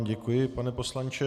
Děkuji vám, pane poslanče.